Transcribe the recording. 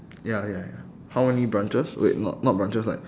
ya ya ya how many branches wait not not branches like